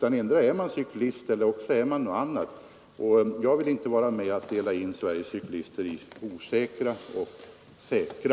Antingen är man cyklist eller också är man något annat. Jag vill inte vara med om att dela in Sveriges cyklister i osäkra och säkra.